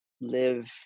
live